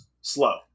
Slow